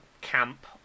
camp